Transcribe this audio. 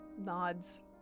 ...nods